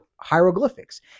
hieroglyphics